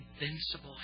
Invincible